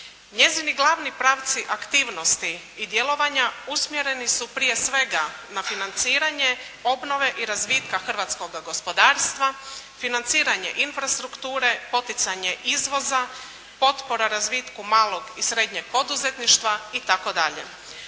Njezini glavni pravci aktivnosti i djelovanja usmjereni su, prije svega na financiranje obnove i razvitka hrvatskoga gospodarstva, financiranje infrastrukture, poticanje izvoza, potpora razvitku malog i srednjeg poduzetništva itd.